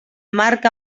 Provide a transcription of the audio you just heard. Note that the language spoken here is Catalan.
marc